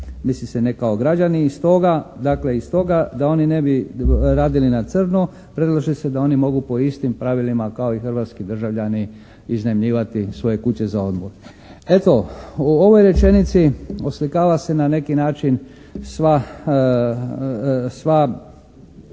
Misli se ne kao građani i stoga da oni ne bi radili na crno predlaže se da oni mogu po istim pravilima kao i hrvatski državljani iznajmljivati svoje kuće za odmor. Eto, u ovoj rečenici oslikava se na neki način sva